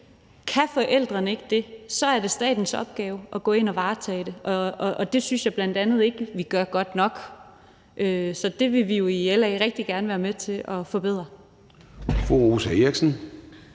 Kan forældrene ikke det, er det statens opgave at gå ind og varetage det, og bl.a. det synes jeg ikke vi gør godt nok, så det vil vi jo i LA rigtig gerne være med til at forbedre. Kl. 14:00 Formanden